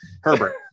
Herbert